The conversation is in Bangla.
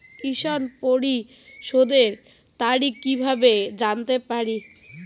ঋণ পরিশোধের তারিখ কিভাবে জানতে পারি?